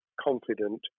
confident